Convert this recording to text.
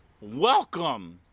welcome